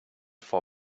for